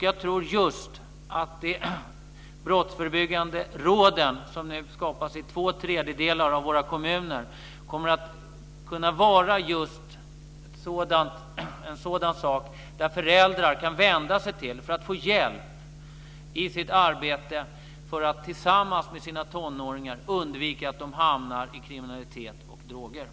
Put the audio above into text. Jag tror att de brottsförebyggande råden, som nu skapas i två tredjedelar av våra kommuner, kommer att kunna vara instanser dit föräldrarna kan vända sig för att få hjälp i sitt arbete för att tillsammans med tonåringarna undvika att dessa hamnar i kriminalitet och drogmissbruk.